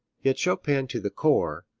yet chopin to the core,